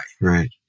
Right